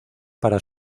para